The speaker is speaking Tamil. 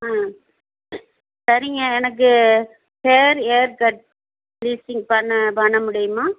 ஆ சரிங்க எனக்கு ஃபேர் ஹேர் கட் ப்ளீச்சிங் பண்ண பண்ண முடியுமா